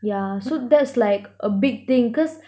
yeah so that's like a big thing cause